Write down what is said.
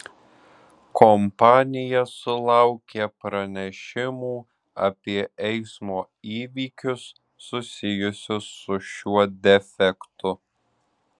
kompanija sulaukė pranešimų apie eismo įvykius susijusius su šiuo defektu